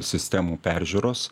sistemų peržiūros